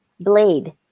blade